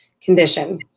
condition